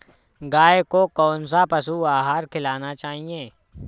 गाय को कौन सा पशु आहार खिलाना चाहिए?